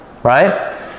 right